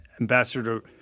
ambassador